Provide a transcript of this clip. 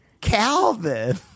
Calvin